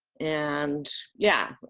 and yeah,